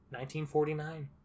1949